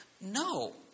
No